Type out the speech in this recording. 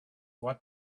what